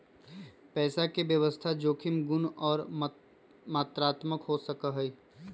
पैसा के व्यवस्था जोखिम गुण और मात्रात्मक हो सका हई